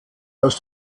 aus